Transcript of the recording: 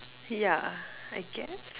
yeah I guess